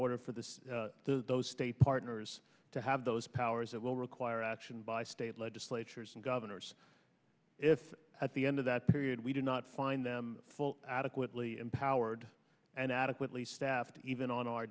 order for this those state partners to have those powers it will require action by state legislatures and governors if at the end of that period we did not find them full adequately empowered and adequately staffed even on our